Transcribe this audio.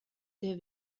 der